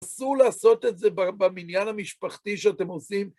אסור לעשות את זה במניין המשפחתי שאתם עושים.